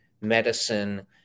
medicine